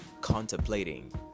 contemplating